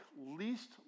least